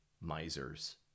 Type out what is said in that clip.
misers